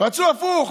רצו הפוך.